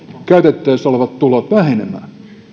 käytettävissä olevat tulot vähenemään